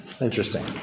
Interesting